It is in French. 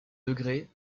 avec